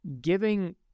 giving